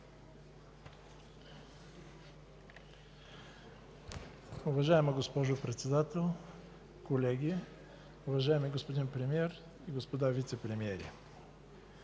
Уважаема госпожо Председател, колеги, уважаеми господин Премиер, господа Вицепремиери!